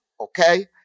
Okay